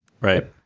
right